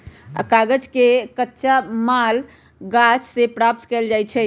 कागज के लेल कच्चा माल गाछ से प्राप्त कएल जाइ छइ